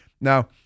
Now